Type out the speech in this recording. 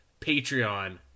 Patreon